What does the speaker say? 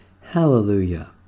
Hallelujah